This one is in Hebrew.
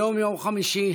היום יום חמישי,